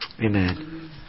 Amen